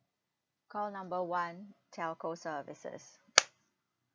call number one telco services